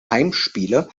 heimspiele